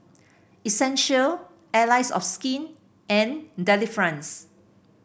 Essential Allies of Skin and Delifrance